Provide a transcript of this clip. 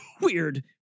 weird